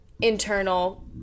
internal